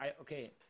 Okay